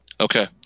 Okay